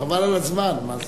חבל על הזמן, מה זה?